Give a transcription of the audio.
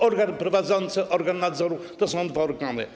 Organ prowadzący i organ nadzoru to dwa organy.